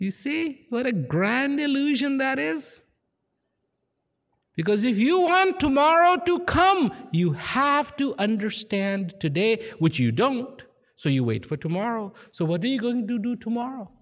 you see what a grand illusion that is because if you want tomorrow to come you have to understand today which you don't so you wait for tomorrow so what are you going to do tomorrow